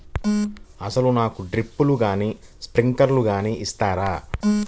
అసలు నాకు డ్రిప్లు కానీ స్ప్రింక్లర్ కానీ ఇస్తారా?